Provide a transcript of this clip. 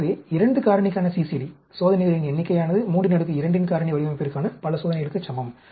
எனவே 2 காரணிக்கான CCD சோதனைகளின் எண்ணிக்கையானது 32 இன் காரணி வடிவமைப்பிற்கான பல சோதனைகளுக்கு சமம்